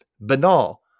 banal